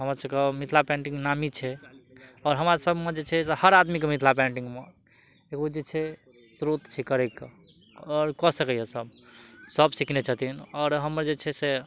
हमर सबके मिथिला पेन्टिंग नामी छै आओर हमरा सबमे जे छै से हर आदमीके मिथिला पेन्टिंगमे एगो जे छै स्रोत छै करैके आओर कऽ सकैया सब सब सीखने छथिन आओर हमर जे छै से